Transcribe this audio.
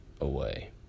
away